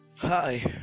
hi